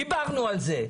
דיברנו על זה,